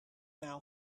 mouth